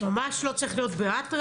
ממש לא צריך להיות באטרף.